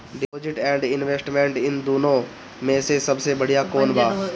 Deposit and investment इन दुनो मे से सबसे बड़िया कौन बा?